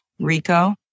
rico